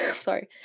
sorry